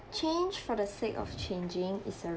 change for the sake of changing is a